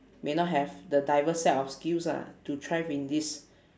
may not have the diverse set of skills ah to thrive in this